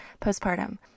postpartum